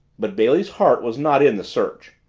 but bailey's heart was not in the search.